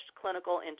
clinical